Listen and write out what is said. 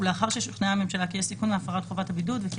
ולאחר ששוכנעה הממשלה כי יש סיכון מהפרת חובת הבידוד וכי